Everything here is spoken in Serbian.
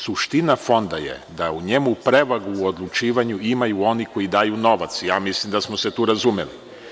Suština Fonda je da u njemu prevagu u odlučivanju imaju oni koji daju novac, ja mislim da smo se tu razumeli.